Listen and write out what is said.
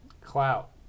Clout